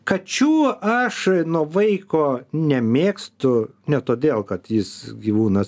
kačių aš nuo vaiko nemėgstu ne todėl kad jis gyvūnas